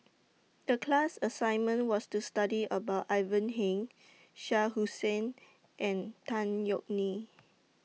The class assignment was to study about Ivan Heng Shah Hussain and Tan Yeok Nee